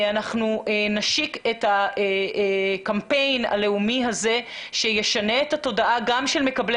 שאנחנו נשיק את הקמפיין הלאומי הזה שישנה את התודעה גם של מקבלי